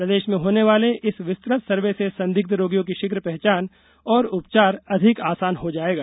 प्रदेश में होने वाले इस विस्तृत सर्वे से संदिग्ध रोगियों की शीघ्र पहचान और उपचार अधिक आसान हो जायेगा